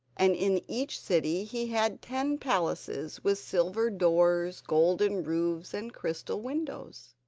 and in each city he had ten palaces with silver doors, golden roofs, and crystal windows.